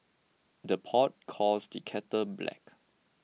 the pot calls the kettle black